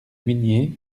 huniers